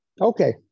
Okay